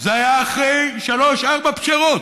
זה היה אחרי שלוש-ארבע פשרות,